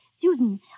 Susan